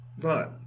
Right